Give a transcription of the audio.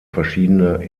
verschiedene